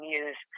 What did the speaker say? use